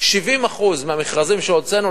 70% מהמכרזים שהוצאנו,